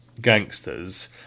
gangsters